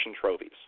trophies